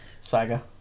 Saga